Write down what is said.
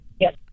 Yes